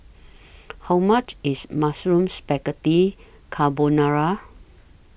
How much IS Mushroom Spaghetti Carbonara